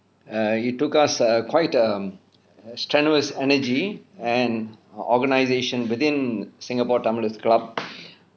err it took us err quite um strenuous energy and organisation within singapore tamilian club